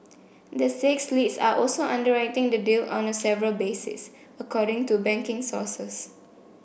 the six leads are also underwriting the deal on a several basis according to banking sources